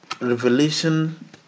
revelation